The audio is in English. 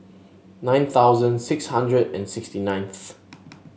nine thousand six hundred and sixty ninth